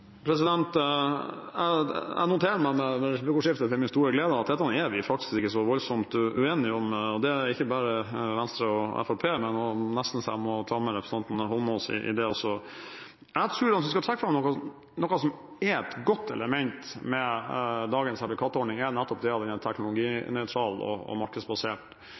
voldsomt uenige om dette. Det gjelder ikke bare Venstre og Fremskrittspartiet, for jeg må nesten ta med representanten Heikki Eidsvoll Holmås og SV i denne enigheten også. Hvis jeg skal trekke fram noe som er et godt element ved dagens sertifikatordning, er det nettopp det at den er teknologinøytral og markedsbasert. Det prinsippet tror jeg vi må ha med oss videre også. Vi må lage rammer og